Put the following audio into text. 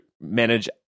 Manage